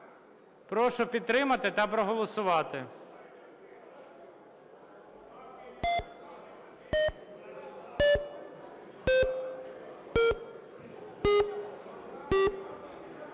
Прошу підтримати та проголосувати.